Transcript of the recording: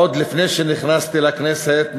עוד לפני שנכנסתי לכנסת,